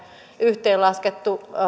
yhteenlaskettu